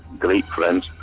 great friends,